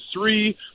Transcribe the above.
three